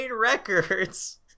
Records